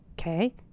okay